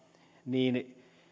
niin